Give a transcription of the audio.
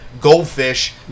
goldfish